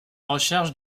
recherche